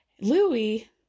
Louis